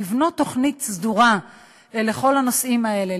לבנות תוכנית סדורה לכל הנושאים האלה,